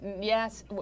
Yes